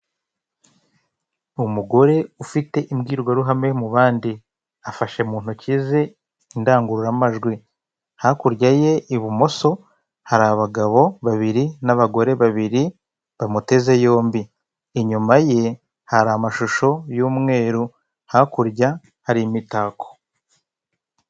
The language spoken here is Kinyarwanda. Umugore ufite imbwirwaruhame mubandi afashe muntoki ze indangururamajwi hakurya ye ibumoso hari abagabo babiri nabagore babiri bamuteze yombi, inyuma ye hari amashusho y'umweru hakurya hari imitako.